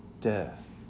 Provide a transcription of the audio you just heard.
death